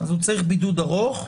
אז הוא צריך בידוד ארוך,